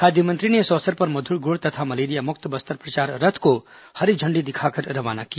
खाद्य मंत्री ने इस अवसर पर मध्र गुड़ तथा मलेरिया मुक्त बस्तर प्रचार रथ को हरी झंडी दिखाकर रवाना किया